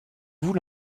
vous